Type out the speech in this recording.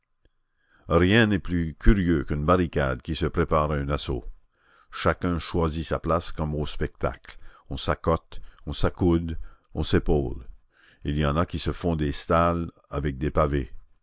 rien n'est plus curieux qu'une barricade qui se prépare à un assaut chacun choisit sa place comme au spectacle on s'accote on s'accoude on s'épaule il y en a qui se font des stalles avec des pavés